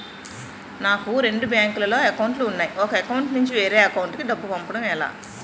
నాకు రెండు బ్యాంక్ లో లో అకౌంట్ లు ఉన్నాయి ఒక అకౌంట్ నుంచి వేరే అకౌంట్ కు డబ్బు పంపడం ఎలా?